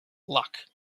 luck